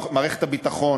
מערכת הביטחון,